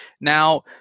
Now –